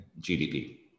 GDP